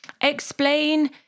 explain